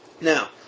Now